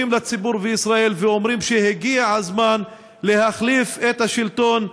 לציבור בישראל ואומרים שהגיע הזמן להחליף את השלטון.